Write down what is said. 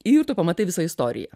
ir tu pamatai visą istoriją